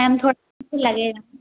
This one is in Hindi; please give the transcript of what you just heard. मैम थोड़ा लगेगा